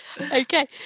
Okay